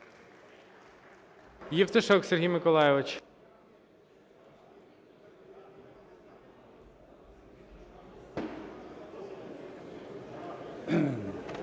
Євтушок Сергій Миколайович